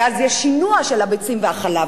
כי אז יש שינוע של הביצים והחלב,